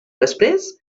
després